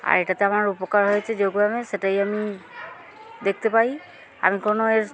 আর এটাতে আমার উপকার হয়েছে যোগ ব্যায়ামের সেটাই আমি দেখতে পাই আমি কোনো এর